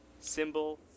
symbol